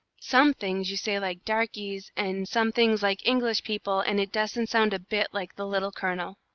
some things you say like darkeys, and some things like english people, and it doesn't sound a bit like the little colonel.